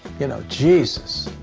you know, jesus,